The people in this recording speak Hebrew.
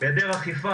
בהיעדר אכיפה,